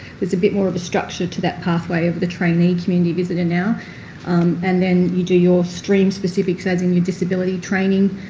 there's a bit more of a structure to that pathway of the trainee community visitor now and then you do your stream specifics as in your disability training,